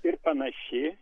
ir panaši